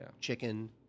Chicken